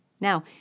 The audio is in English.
Now